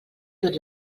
tot